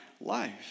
life